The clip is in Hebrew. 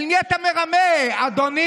את מי אתה מרמה, אדוני?